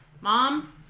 Mom